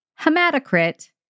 hematocrit